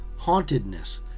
hauntedness